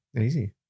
Easy